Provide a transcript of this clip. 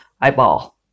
eyeball